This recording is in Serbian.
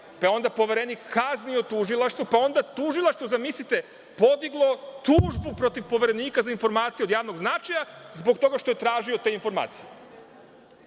je onda Poverenik kaznio tužilaštvo, pa onda tužilaštvo, zamislite, podiglo tužbu protiv Poverenika za informacije od javnog značaja zbog toga što je tražio te informacije.